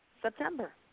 September